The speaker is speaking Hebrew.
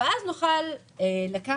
כדי שנוכל לשקול